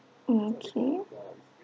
mm okay